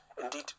indeed